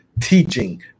teaching